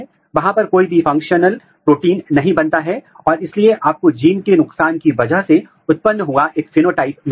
transcriptional fusion construct में आप अपने जीन का केवल प्रमोटर अथवा आगे का सीक्वेंस ही लेते हैं